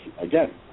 again